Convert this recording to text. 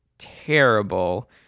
terrible